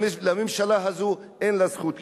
לממשלה הזאת אין זכות קיום.